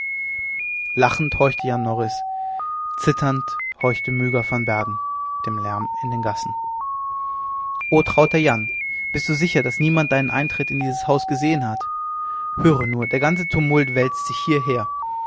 lachend horchte jan norris zitternd horchte myga van bergen dem lärm in den gassen o trauter jan bist du ganz sicher daß niemand deinen eintritt in dieses haus gesehen hat hör nur der ganze tumult wälzt sich hierher